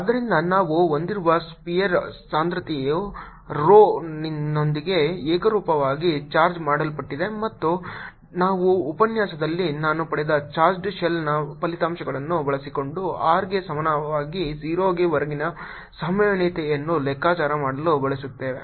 ಆದ್ದರಿಂದ ನಾವು ಹೊಂದಿರುವ ಸ್ಫರ್ ಸಾಂದ್ರತೆಯ rho ನೊಂದಿಗೆ ಏಕರೂಪವಾಗಿ ಚಾರ್ಜ್ ಮಾಡಲ್ಪಟ್ಟಿದೆ ಮತ್ತು ನಾವು ಉಪನ್ಯಾಸದಲ್ಲಿ ನಾನು ಪಡೆದ ಚಾರ್ಜ್ಡ್ ಶೆಲ್ನ ಫಲಿತಾಂಶವನ್ನು ಬಳಸಿಕೊಂಡು r ಗೆ ಸಮಾನವಾದ 0 ವರೆಗಿನ ಸಂಭಾವ್ಯತೆಯನ್ನು ಲೆಕ್ಕಾಚಾರ ಮಾಡಲು ಬಯಸುತ್ತೇವೆ